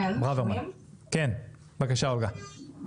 בבקשה אולגה.